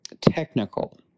technical